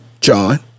John